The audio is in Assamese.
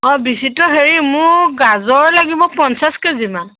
অঁ বিচিত্ৰ হেৰি মোক গাজৰ লাগিব পঞ্চাছ কেজিমান